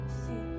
see